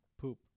poop